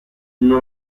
non